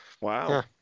Wow